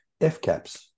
FCAPs